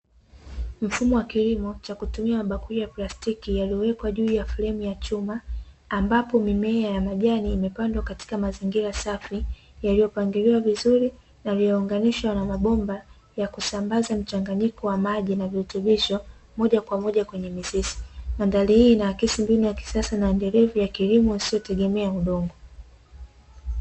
Mfumo wa kilimo cha kutumia bakuli ya plastiki yaliyowekwa juu ya fremu ya chuma, ambapo mimea ya majani imepandwa katika mazingira safi, yaliyopangiliwa vizuri na yaliyounganishwa na mabomba ya kusambaza mchanganyiko wa maji na virutubisho moja kwa moja kwenye mizizi. Mandhari hii inaakisi mbinu ya kisasa inaendelevu ya kilimo wasiotegemea udongo.